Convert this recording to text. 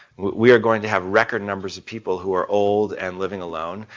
we are going to have record numbers of people who are old and living alone.